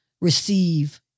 receive